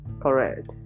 correct